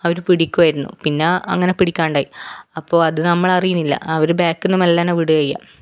അവര് പിടിക്കുമായിരുന്നു പിന്നെ അങ്ങനെ പിടിക്കാണ്ടായി അപ്പോൾ അത് നമ്മളറിയുന്നില്ല അവര് ബാക്കിൽ നിന്ന് മെല്ലെനെ വിടുകയാണ് ചെയ്യുക